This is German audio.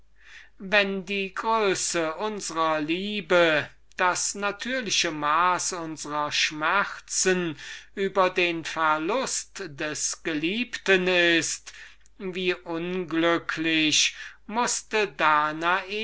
wenn die größe unsrer liebe das natürliche maß unsrer schmerzen über den verlust des geliebten ist wie unglücklich mußte